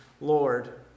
Lord